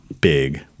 big